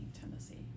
Tennessee